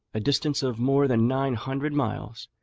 a distance of more than nine hundred miles,